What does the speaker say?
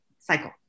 cycle